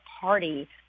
party